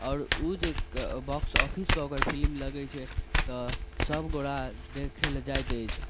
आओर ओ जे बॉक्स ऑफिस पर ओकर फिल्म लगै छै तऽ सब गोरा देखै लए जाइत अछि